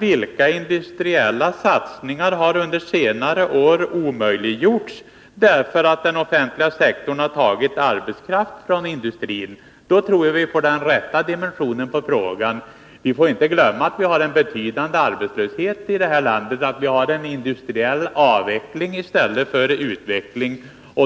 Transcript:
Vilka industriella satsningar har under de senaste åren omöjliggjorts därför att den offentliga sektorn tagit arbetskraft från industrin? Då tror jag att man får rätt dimension på den frågan. Man får inte glömma att det råder betydande arbetslöshet i det här landet, och att vi har en industriell avveckling i stället för en utveckling.